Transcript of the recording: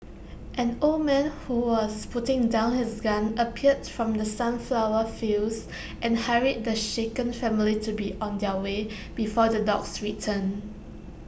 an old man who was putting down his gun appeared from the sunflower fields and hurried the shaken family to be on their way before the dogs return